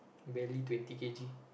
barely twenty k_g